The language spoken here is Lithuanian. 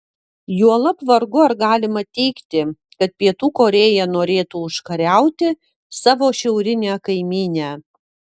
juolab vargu ar galima teigti kad pietų korėja norėtų užkariauti savo šiaurinę kaimynę